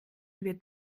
wird